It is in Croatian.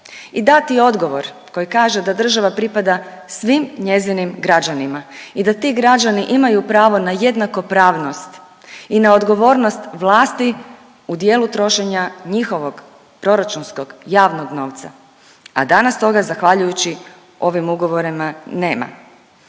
i dati odgovor koji kaže da država pripada svim njezinim građanima i da ti građani imaju pravo na jednakopravnost i na odgovornost vlasti u dijelu trošenja njihovog proračunskog javnog novca, a danas toga zahvaljujući ovim ugovorima nema.